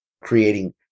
creating